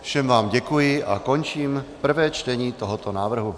Všem vám děkuji a končím prvé čtení tohoto návrhu.